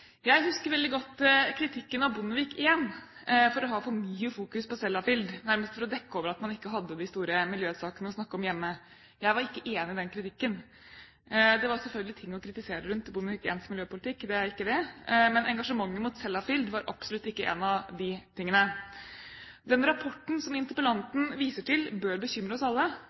Jeg husker veldig godt kritikken av Bondevik I for å ha for mye fokus på Sellafield, nærmest for å dekke over at man ikke hadde de store miljøsakene å snakke om hjemme. Jeg var ikke enig i den kritikken. Det var selvfølgelig ting å kritisere rundt Bondevik Is miljøpolitikk, det er ikke det, men engasjementet mot Sellafield var absolutt ikke en av de tingene. Den rapporten som interpellanten viser til, bør bekymre oss alle.